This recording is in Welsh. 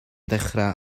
dechrau